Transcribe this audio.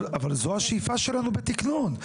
אבל זו השאיפה שלנו בתקנון,